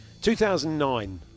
2009